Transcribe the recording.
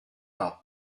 pas